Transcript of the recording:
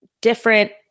different